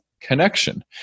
connection